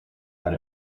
that